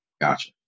Gotcha